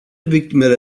victimele